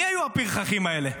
מי היו הפרחחים האלה?